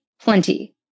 plenty